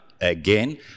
Again